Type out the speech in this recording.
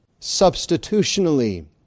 substitutionally